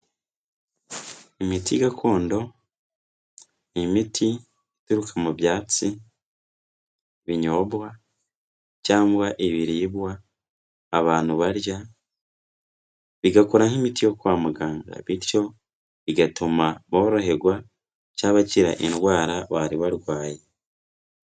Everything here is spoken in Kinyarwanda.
Imiti gakondo ni imiti ituruka mu byatsi binyobwa cyangwa ibiribwa abantu barya bigakora nk'imiti yo kwa muganga, bityo bigatuma boroherwa cyangwa bakira indwara bari barwaye.